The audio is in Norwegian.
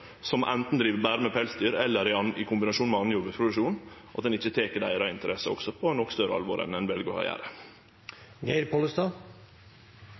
som anten driv berre med pelsdyr eller driv i kombinasjon med annan jordbruksproduksjon, at ein ikkje tek også deira interesser på noko større alvor enn det ein vel å